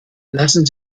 lassen